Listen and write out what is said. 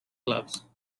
clubs